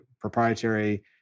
proprietary